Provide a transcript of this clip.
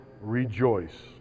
rejoice